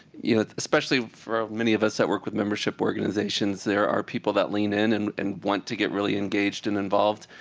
you know, especially for many of us that work with membership organizations, there are people that lean in, and and want to get really engaged and involved,